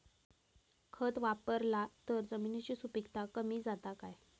खत वापरला तर जमिनीची सुपीकता कमी जाता काय?